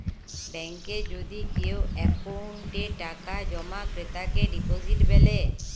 ব্যাংকে যদি কেও অক্কোউন্টে টাকা জমা ক্রেতাকে ডিপজিট ব্যলে